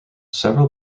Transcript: several